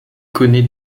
connaît